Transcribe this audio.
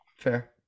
Fair